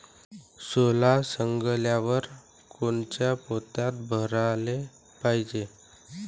सोला सवंगल्यावर कोनच्या पोत्यात भराले पायजे?